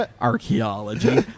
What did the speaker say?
Archaeology